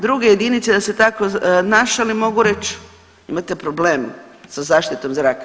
Druge jedinice da se tako našalim mogu reći imate problem sa zaštitom zraka.